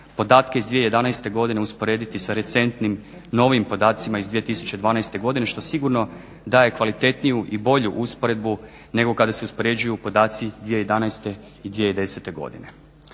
podatke iz 2011. godine usporediti sa recentnim novijim podacima iz 2012. godine što sigurno daje kvalitetniju i bolju usporedbu nego kada se uspoređuju podaci 2011. i 2010. godine.